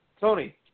Tony